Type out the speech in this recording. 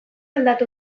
aldatu